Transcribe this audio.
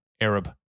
Arab